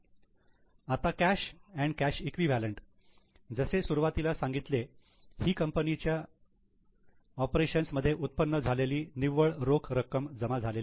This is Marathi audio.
आता कॅश अंड कॅश इक्विवलेंट जसे सुरुवातीला सांगितले ही कंपनीच्या ऑपरेशन्स मध्ये उत्पन्न झालेली निव्वळ रोख रक्कम जमा झालेली आहे